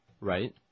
Right